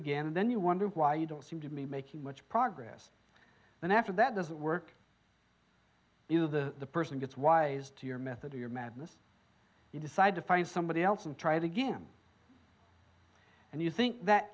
again and then you wonder why you don't seem to be making much progress then after that doesn't work do the person gets wise to your method to your madness you decide to find somebody else and try to get him and you think that